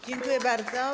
Dziękuję bardzo.